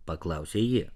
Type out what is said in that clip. paklausė ji